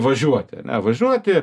važiuoti ane važiuoti